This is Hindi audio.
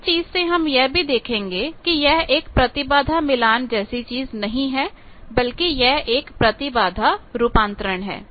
इस चीज से हम यह भी देखेंगे कि यह एक प्रतिबाधा मिलान जैसी चीज नहीं है बल्कि यह एक प्रतिबाधा रूपांतरण है